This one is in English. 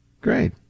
Great